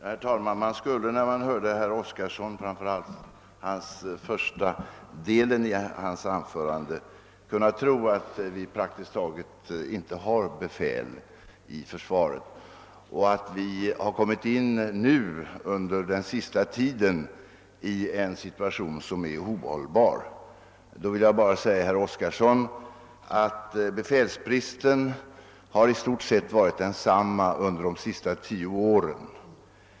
Herr talman! Man skulle, när man hörde framför allt den första delen av herr Oskarsons anförande, kunna tro att vi praktiskt taget inte har befäl inom försvaret och att vi under den senaste tiden har kommit in i en situation som är ohållbar. Med anledning därav vill jag bara säga herr Oskarson, att befälsbristen i stort sett har varit densamma under de senaste tio åren.